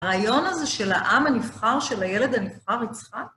הרעיון הזה של העם הנבחר, של הילד הנבחר יצחק,